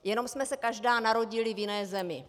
Jenom jsme se každá narodila v jiné zemi.